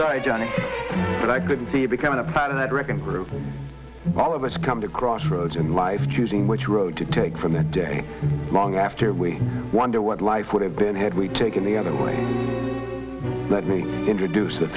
johnny but i couldn't see becoming a part of that wreck and through all of us come to a crossroads in life choosing which road to take from that day long after we wonder what life would have been had we taken the other way let me introduce the